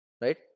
right